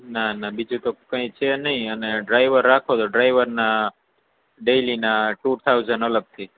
ના ના બીજું તો કંઈ છે નહીં અને ડ્રાઈવર રાખો તો ડ્રાઈવરના ડેઈલીના ટૂ થાઉસન અલગથી